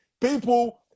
people